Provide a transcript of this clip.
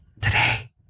today